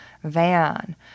van